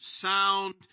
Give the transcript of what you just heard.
sound